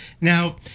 now